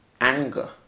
anger